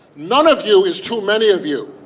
none of you is too many of you.